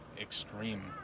extreme